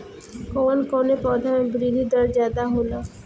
कवन कवने पौधा में वृद्धि दर ज्यादा होला?